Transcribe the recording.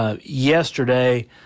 yesterday